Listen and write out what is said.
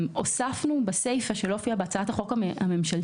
הוספנו בסיפא שלא הופיעה בהצעת החוק ממשלתית,